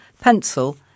pencil